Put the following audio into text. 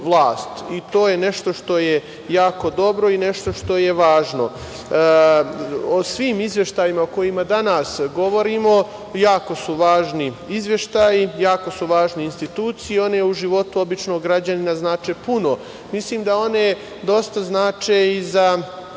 To je nešto što je jako dobro i nešto što je važno. Svi izveštaji o kojima danas govorimo jako su važni, jako su važne institucije i one u životu običnog građanina znače puno. Mislim da one dosta znače i za